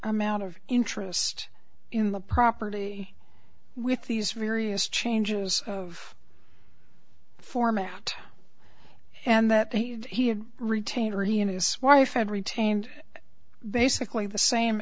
amount of interest in the property with these various changes of format and that he had retained or he and his wife had retained basically the same